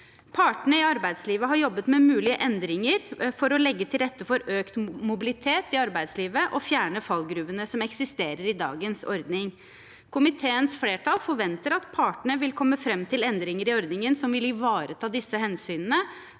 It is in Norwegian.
Partene i arbeidslivet har jobbet med mulige endringer for å legge til rette for økt mobilitet i arbeidslivet og fjerne fallgruvene som eksisterer i dagens ordning. Komiteens flertall forventer at partene vil komme fram til endringer i ordningen som vil ivareta disse hensynene,